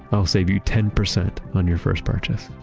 it'll save you ten percent on your first purchase.